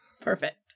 perfect